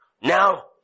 Now